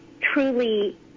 truly